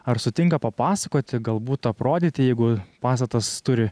ar sutinka papasakoti galbūt aprodyti jeigu pastatas turi